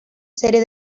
serie